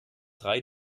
drei